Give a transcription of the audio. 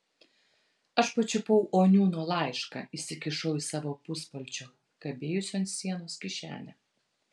aš pačiupau oniūno laišką įsikišau į savo puspalčio kabėjusio ant sienos kišenę